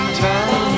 tell